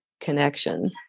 connection